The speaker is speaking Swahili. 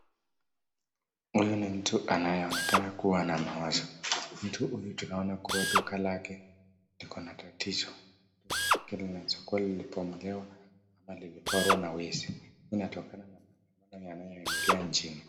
Huyu ni mtu anayeonekana kuwa na mawazo mtu huyu tunaona kuwa duka lake liko na tatizo linaweza kuwa limebomolewa ama limeporwa na wezi inatokana na maandamano yanayoendelea nchini.